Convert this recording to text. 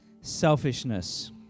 selfishness